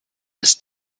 ist